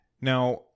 now